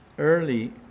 Early